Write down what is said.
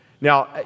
Now